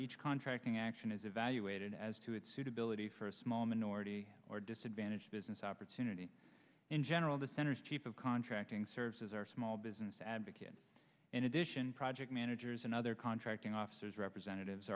each contracting action is evaluated as to its suitability for a small minority or disadvantaged business opportunity in general the center's chief of contracting services our small business advocate in a dish project managers and other contracting officers representatives